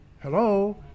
Hello